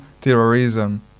terrorism